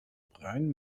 bruin